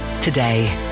today